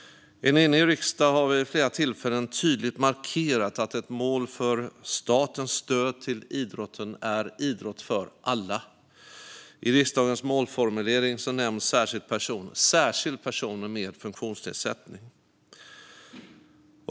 En enig riksdag har vid flera tillfällen tydligt markerat att ett mål för statens stöd till idrotten är idrott för alla. I riksdagens målformulering nämns särskilt personer med funktionsnedsättning.